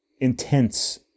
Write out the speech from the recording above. intense